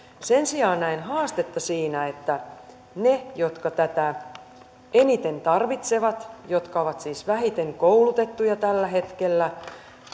sen sijaan näen haastetta siinä että ne jotka tätä eniten tarvitsevat jotka ovat siis vähiten koulutettuja tällä hetkellä